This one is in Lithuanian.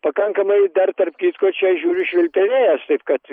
pakankamai dar tarp kitko čia žiūriu švilpia vėjas taip kad